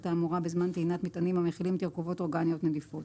האמורה בזמן טעינת מטענים המכילים תרכובות אורגניות נדיפות.